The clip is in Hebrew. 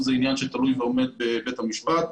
אני חושב שהבעיה היא לא במינהל האזרחי וגם לא במשטרה הירוקה.